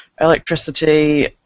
electricity